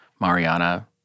Mariana